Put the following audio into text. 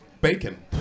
bacon